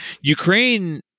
Ukraine